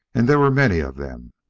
and there were many of them.